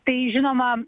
tai žinoma